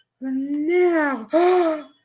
Now